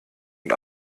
und